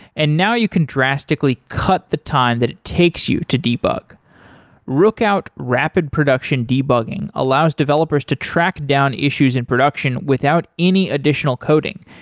and now you can drastically cut the time that it takes you to debug rookout rapid production debugging allows developers to track down issues in production without any additional coding.